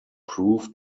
proved